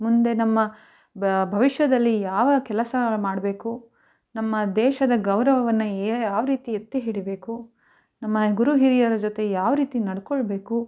ಮುಂದೆ ನಮ್ಮ ಭವಿಷ್ಯದಲ್ಲಿ ಯಾವ ಕೆಲಸ ಮಾಡಬೇಕು ನಮ್ಮ ದೇಶದ ಗೌರವವನ್ನು ಯಾವ ರೀತಿ ಎತ್ತಿ ಹಿಡಿಬೇಕು ನಮ್ಮ ಗುರು ಹಿರಿಯರ ಜೊತೆ ಯಾವ ರೀತಿ ನಡ್ಕೊಳ್ಬೇಕು